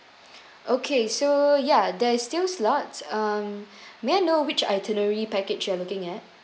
okay so ya there is still slots um may I know which itinerary package you are looking at